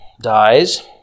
dies